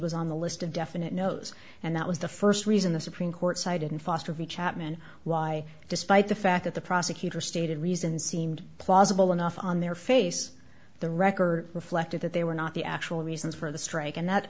was on the list of definite knows and that was the st reason the supreme court sided in foster v chapman why despite the fact that the prosecutor stated reason seemed plausible enough on their face the record reflected that they were not the actual reasons for the strike and that